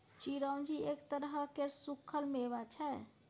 चिरौंजी एक तरह केर सुक्खल मेबा छै